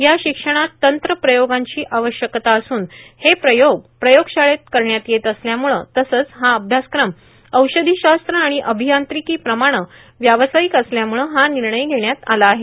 या शिक्षणात तंत्र प्रयोगांची आवश्यकता असून हे प्रयोग प्रयोगशाळेत करण्यात येत असल्यामुळं तसंच हा अभ्यासक्रम औषधीशास्त्र आणि अभियांत्रिकी प्रमाणं व्यवसायिक असल्यामुळं हा निर्णय घेण्यात आला आहे